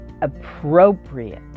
appropriate